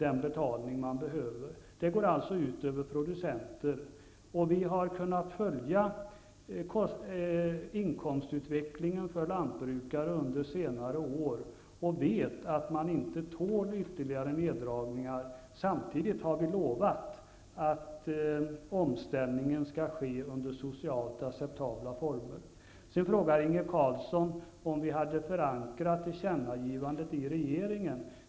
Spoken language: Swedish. En sådan sänkning skulle alltså gå ut över producenterna. Vi har kunnat följa inkomstutvecklingen för lantbrukare under senare år och vet att de inte tål ytterligare neddragningar. Samtidigt har vi lovat att omställningen skall ske under socialt acceptabla förhållanden. Sedan frågade Inge Carlsson om vi hade förankrat tillkännagivandet i regeringen.